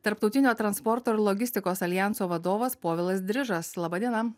tarptautinio transporto ir logistikos aljanso vadovas povilas drižas laba diena